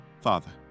Father